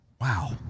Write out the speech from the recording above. Wow